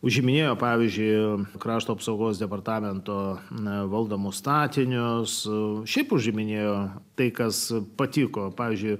užiminėjo pavyzdžiui krašto apsaugos departamento na valdomo statinio su šiaip užiminėjo tai kas patiko pavyzdžiui